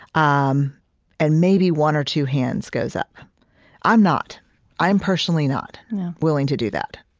um and maybe one or two hands goes up i'm not i am personally not willing to do that.